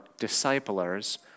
disciplers